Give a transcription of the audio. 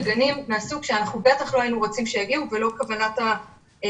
לגנים מהסוג שבטח לא היינו רוצים שיגיעו אליהם וזו לא כוונת המחוקק.